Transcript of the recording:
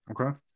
Okay